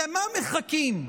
למה מחכים?